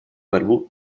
борьбу